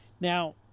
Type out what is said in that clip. Now